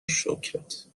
شکرت